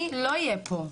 אני לא אהיה פה.